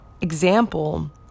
example